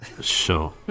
Sure